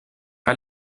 pas